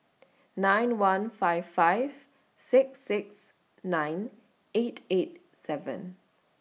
nine one five five six six nine eight eight seven